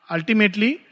Ultimately